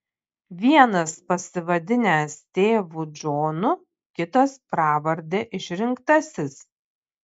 vienas pasivadinęs tėvu džonu kitas pravarde išrinktasis